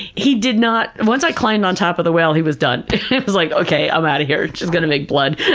he did not. once i climbed on top of the whale, he was done. he was like, okay i'm outta here, she's going to make blood